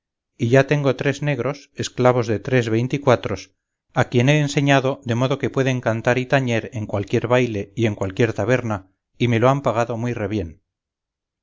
y ya tengo tres negros esclavos de tres veinticuatros a quien he enseñado de modo que pueden cantar y tañer en cualquier baile y en cualquier taberna y me lo han pagado muy rebién